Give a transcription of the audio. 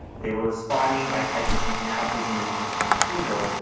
they were responding by typing something out using the on screen keyboard,